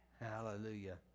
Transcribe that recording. Hallelujah